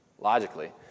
logically